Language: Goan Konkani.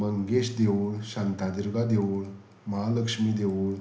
मंगेश देवूळ शांतादुर्गा देवूळ महालक्ष्मी देवूळ